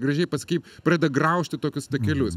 gražiai pasakei pradeda graužti tokius takelius